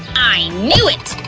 i knew it!